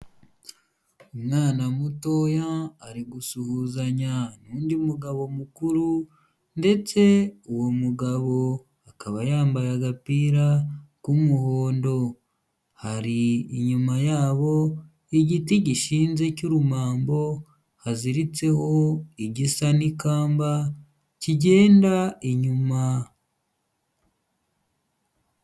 Umwana mutoya ari gusuhuzanya n'undi mugabo mukuru, ndetse uwo mugabo akaba yambaye agapira k'umuhondo, hari inyuma igiti gishinze cy'urumambo haziritseho igisa n'ikamba, kigenda inyuma.